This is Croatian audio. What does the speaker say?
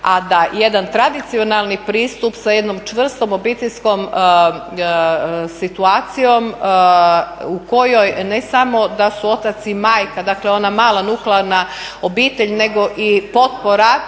a da jedan tradicionalni pristup sa jednom čvrstom obiteljskom situacijom u kojoj ne samo da su otac i majka, dakle ona mala nuklearna obitelj nego i potpora